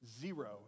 Zero